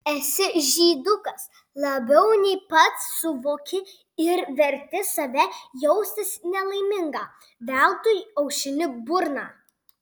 esi žydukas labiau nei pats suvoki ir verti save jaustis nelaimingą veltui aušini burną